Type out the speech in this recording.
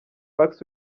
pax